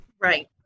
Right